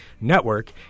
Network